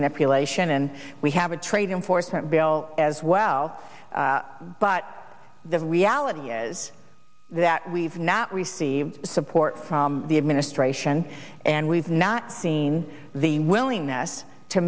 manipulation and we have a trade important bill as well but the reality is that we've not received support from the administration and we've not seen the willingness to